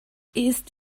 ist